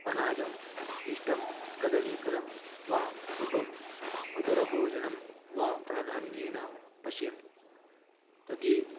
अनाजं पिष्टं कदलीफलं वा सुपं मधुरभोजनं वा प्राधान्येन पश्यन्ति तदा